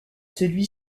celui